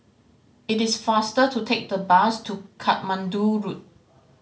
it is faster to take the bus to Katmandu Road